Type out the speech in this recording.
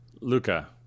Luca